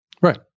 Right